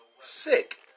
sick